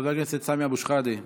חבר הכנסת סמי אבו שחאדה,